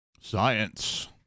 Science